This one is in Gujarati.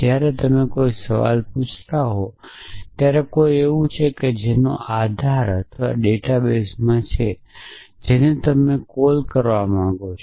જ્યારે તમે કોઈ સવાલ પૂછતા હો ત્યારે કોઈક એવું છે કે જેનું આધાર અથવા ડેટા બેઝમાં છે જેને તમે તેને કોલ કરવા માંગો છો